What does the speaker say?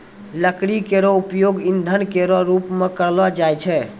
लकड़ी केरो उपयोग ईंधन केरो रूप मे करलो जाय छै